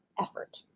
effort